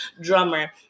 drummer